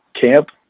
camp